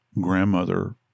grandmother